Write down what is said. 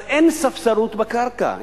אז אין ספסרות בקרקע.